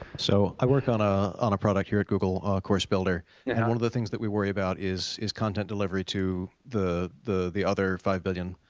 so i work on ah on a product here at google course builder, yeah and one of the things that we worry about is is content delivery to the the other five billion,